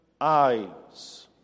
eyes